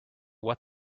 what